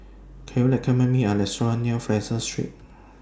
Can YOU recommend Me A Restaurant near Fraser Street